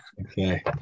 Okay